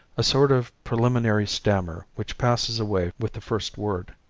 a sort of preliminary stammer which passes away with the first word.